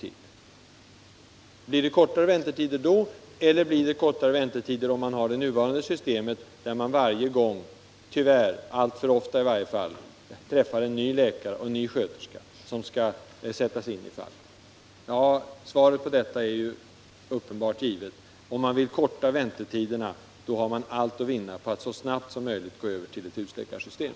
Inte lär väntetiderna bli kortare med det nuvarande systemet, där patienterna alltför ofta får träffa nya läkare och nya sjuksköterskor. Svaret på denna fråga är givet. Om man vill förkorta väntetiderna, då har man allt att vinna på att så snart som möjligt gå över till ett husläkarsystem.